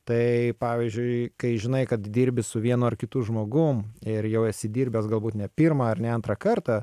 tai pavyzdžiui kai žinai kad dirbi su vienu ar kitu žmogum ir jau esi dirbęs galbūt ne pirmą ar ne antrą kartą